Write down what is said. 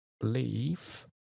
believe